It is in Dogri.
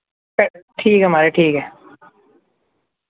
ए ठीक ऐ माराज ठीक ऐ